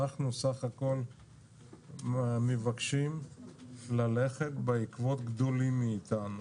אנחנו בסך הכול מבקשים ללכת בעקבות גדולים מאיתנו,